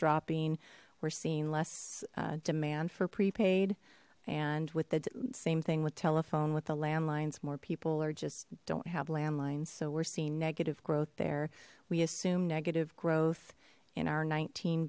dropping we're seeing less demand for prepaid and with the same thing with telephone with the landlines more people or just don't have landlines so we're seeing negative growth there we assume negative growth in our nineteen